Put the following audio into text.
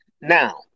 now